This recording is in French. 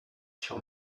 sur